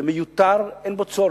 זה מיותר, אין בזה צורך.